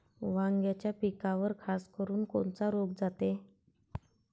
वांग्याच्या पिकावर खासकरुन कोनचा रोग जाते?